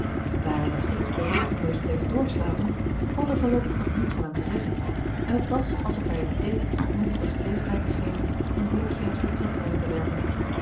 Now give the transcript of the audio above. daar hij nog steeds bewegingloos bleef doorslapen valt er voorloopig nog niets van hem te zeggen en het was alsof hij het deed om ons de gelegenheid te geven een blikje in het vertrek rond te werpen